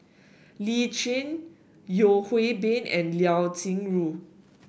Lee Tjin Yeo Hwee Bin and Liao Yingru